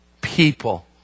people